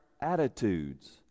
attitudes